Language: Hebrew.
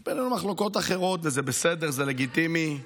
יש ביננו מחלוקות אחרות, וזה בסדר וזה לגיטימי.